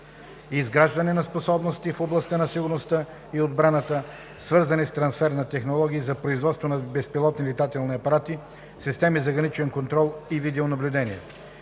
изграждане на способности в областта на сигурността и отбраната, свързани с трансфер на технологии за производство на безпилотни летателни апарати, системи за граничен контрол, видеонаблюдение.